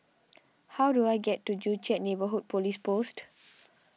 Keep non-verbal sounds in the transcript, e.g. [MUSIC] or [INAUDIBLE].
how do I get to Joo Chiat Neighbourhood Police Post [NOISE]